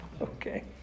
okay